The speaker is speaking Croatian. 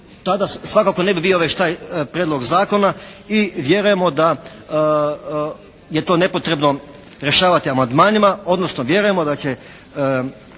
svakako ne bi bilo već taj prijedlog zakona. I vjerujemo da je to nepotrebno rješavati amandmanima odnosno vjerujemo da će